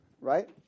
right